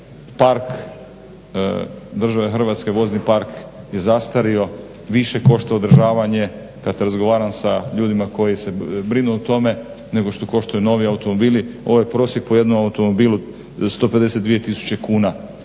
park države Hrvatske, vozni park je zastario više košta održavanje, kada razgovaram sa ljudima koji se brinu o tome nego što koštaju novi automobili. Ovaj prosjek po jednom automobilu 152 tisuće kuna